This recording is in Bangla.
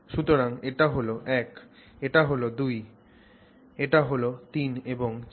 সুতরাং এটা হল 1 এটা হল 2 এটা হল 3 এবং 4